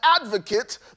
advocate